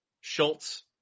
Schultz